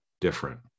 different